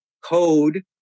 code